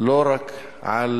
לא רק על